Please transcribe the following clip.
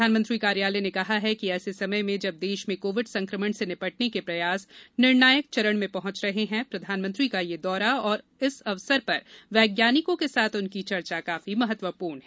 प्रधानमंत्री कार्यालय ने कहा है कि ऐसे समय में जब देश में कोविड संक्रमण से निपटने के प्रयास निर्णायक चरण में पहुंच रहे हैं प्रधानमंत्री का यह दौरा और इस अवसर पर वैज्ञानिकों के साथ उनकी चर्चा काफी महत्वमपूर्ण है